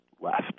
left